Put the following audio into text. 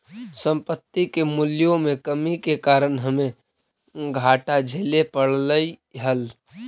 संपत्ति के मूल्यों में कमी के कारण हमे घाटा झेले पड़लइ हल